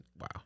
Wow